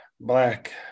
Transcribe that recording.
black